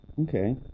Okay